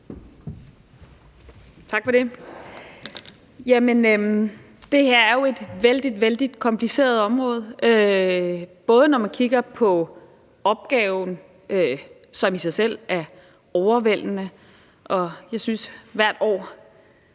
Tak for det. Det her er jo et vældig, vældig kompliceret område, ikke mindst når man kigger på opgaven, som i sig selv er overvældende. Jeg synes, at der